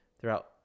throughout